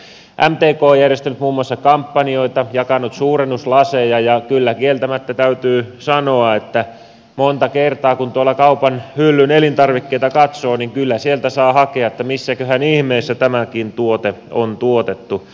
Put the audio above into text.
mtk on järjestänyt muun muassa kampanjoita jakanut suurennuslaseja ja kyllä kieltämättä täytyy sanoa että monta kertaa kun tuolla kaupan hyllyn elintarvikkeita katsoo niin kyllä sieltä saa hakea että missäköhän ihmeessä tämäkin tuote on tuotettu